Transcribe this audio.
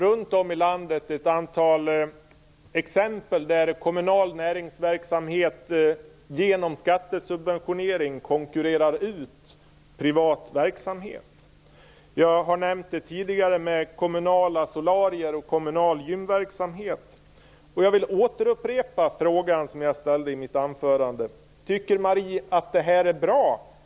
Runt om i landet ser vi ett antal exempel på att kommunal näringsverksamhet genom skattesubventionering konkurrerar ut privat verksamhet. Jag nämnde tidigare kommunala solarier och kommunal gymverksamhet. Jag vill återupprepa den fråga som jag ställde i mitt anförande: Tycker Marie Granlund att det här är bra?